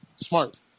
Smart